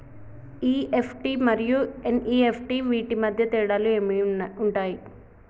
EFT మరియు NEFT వీటి మధ్య తేడాలు ఏమి ఉంటాయి?